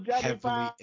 heavily